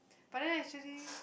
but then actually